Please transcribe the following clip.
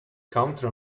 counter